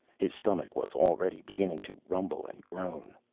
his stomach was already beginning to rumble and groan.